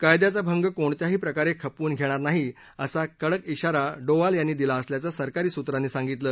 कायद्याचा भंग कोणत्याही प्रकारे खपवून घेणार नाही असं कडक शिरा डोवाल यांनी दिला असल्याचं सरकारी सूत्रांनी सांगितलं